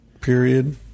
period